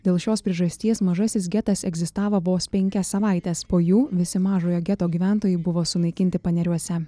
dėl šios priežasties mažasis getas egzistavo vos penkias savaites po jų visi mažojo geto gyventojai buvo sunaikinti paneriuose